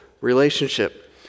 relationship